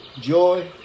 joy